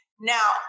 Now